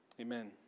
Amen